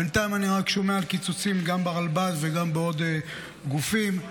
בינתיים אני רק שומע על קיצוצים גם ברלב"ד וגם בגופים נוספים.